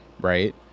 right